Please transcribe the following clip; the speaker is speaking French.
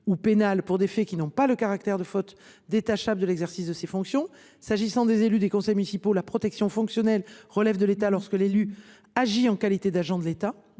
ou pénales pour des faits qui n’ont pas le caractère de faute détachable de l’exercice de ses fonctions. S’agissant des élus des conseils municipaux, la protection fonctionnelle relève de l’État lorsque l’élu agit en qualité d’agent de l’État.